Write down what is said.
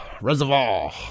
Reservoir